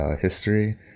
history